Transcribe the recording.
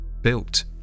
built